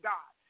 God